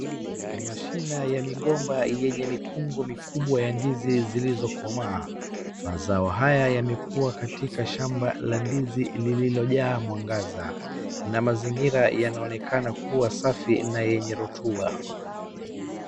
Mashina ya migomba yenye mikungu mikubwa ya ndizi zilizokomaa. Mazao haya yamekua katika shamba la ndizi lililojaa mwangaza. Na mazingira yanaonekana kuwa safi na yenye rutuba.